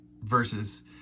verses